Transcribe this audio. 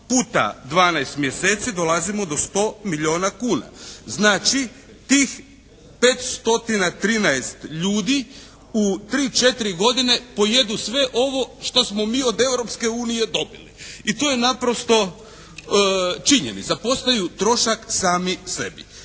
puta 12 mjeseci. Dolazimo do 100 milijuna kuna. Znači, tih 513 ljudi u 3, 4 godine pojedu sve ovo što smo mi od Europske unije dobili i to je naprosto činjenica. Postaju trošak sami sebi.